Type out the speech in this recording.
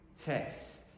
test